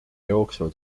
jooksu